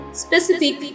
specific